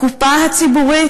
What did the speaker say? הקופה הציבורית,